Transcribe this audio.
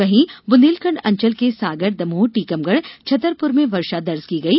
वही बुंदेलखंड़ अंचल के सागर दमोह टीकमगढ़ छतरपुर में वर्षा दर्ज की गयी